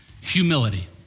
Humility